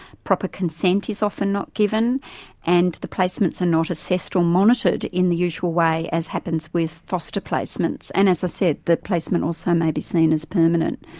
proper consent is often not given and the placements are and not assessed or monitored in the usual way as happens with foster placements, and as i said, the placement also may be seen as permanent.